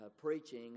preaching